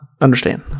understand